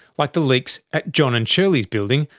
like the leaks at john and shirley's building,